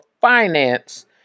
finance